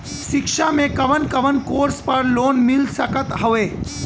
शिक्षा मे कवन कवन कोर्स पर लोन मिल सकत हउवे?